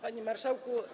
Panie Marszałku!